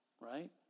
right